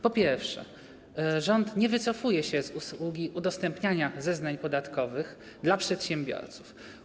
Po pierwsze, rząd nie wycofuje się z usługi udostępniania zeznań podatkowych dla przedsiębiorców.